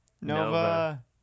Nova